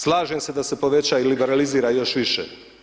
Slažem se da se povećava i liberalizira još više.